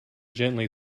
gently